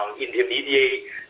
intermediate